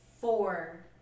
four